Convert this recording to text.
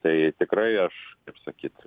tai tikrai aš kaip sakyt